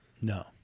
No